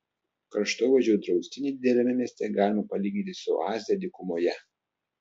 kraštovaizdžio draustinį dideliame mieste galima palyginti su oaze dykumoje